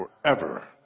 forever